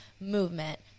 movement